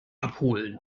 abholen